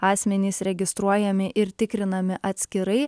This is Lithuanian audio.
asmenys registruojami ir tikrinami atskirai